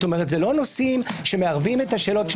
כלומר זה לא נושאים שמערבים את השאלות